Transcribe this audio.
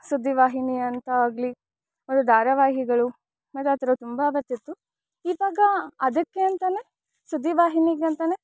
ಸುದ್ದಿ ವಾಹಿನಿ ಅಂತಾಗಲಿ ಒಳ್ಳೆ ದಾರವಾಹಿಗಳು ಮೊದ್ಲು ಆ ಥರ ತುಂಬ ಬರ್ತಿತ್ತು ಇವಾಗ ಅದಕ್ಕೆ ಅಂತಾ ಸುದ್ದಿ ವಾಹಿನಿಗಂತ